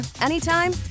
anytime